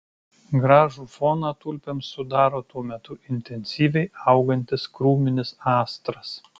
gražų foną tulpėms sudaro tuo metu intensyviai augantis krūminis astras